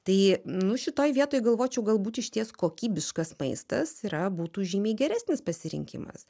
tai nu šitoj vietoj galvočiau galbūt išties kokybiškas maistas yra būtų žymiai geresnis pasirinkimas